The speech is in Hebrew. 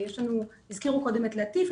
הזכירו קודם את לטיף,